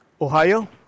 Ohio